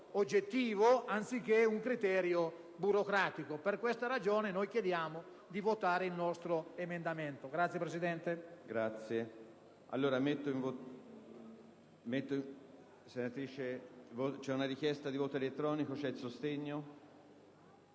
oggettivo anziché un criterio burocratico. Per questa ragione chiediamo di votare a favore del nostro emendamento.